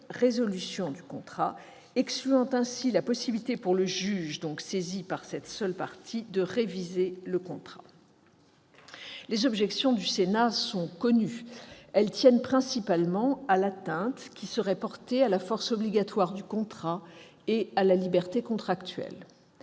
résolution du contrat, excluant ainsi la possibilité pour le juge, saisi par une seule des parties, de réviser ce contrat. Les objections du Sénat sont connues. Elles tiennent principalement à l'atteinte qui serait portée à la force obligatoire du contrat et à la liberté contractuelle.